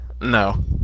No